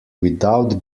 without